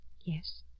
Yes